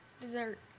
Dessert